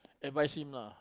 advise him lah